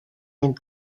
end